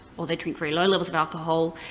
or they drink very low levels of alcohol,